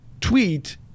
tweet